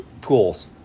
pools